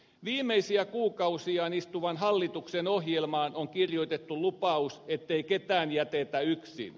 viimeisiä kuukausiaan istuvan hallituksen ohjelmaan on kirjoitettu lupaus ettei ketään jätetä yksin